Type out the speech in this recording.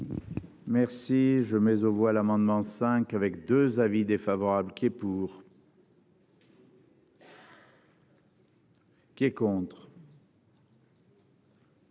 Merci je mets aux voix l'amendement cinq avec 2 avis défavorable qui est pour. Qui est contre.